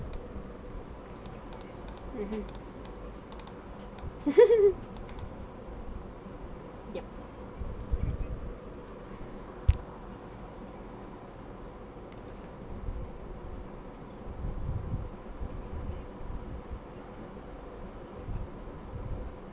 mmhmm ya err